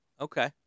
okay